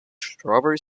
strawberry